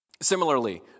Similarly